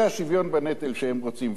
זה השוויון בנטל שהם רוצים.